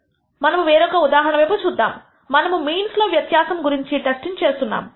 మనము వేరొక ఉదాహరణ వైపు చూద్దాము మనము మీన్స్ లో వ్వ్యత్యాసం గురించి టెస్టింగ్ చేస్తున్నాము